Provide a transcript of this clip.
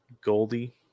Goldie